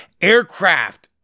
aircraft